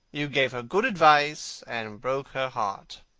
you gave her good advice and broke her heart.